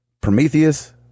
Prometheus